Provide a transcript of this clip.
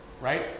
right